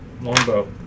Longbow